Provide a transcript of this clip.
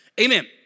Amen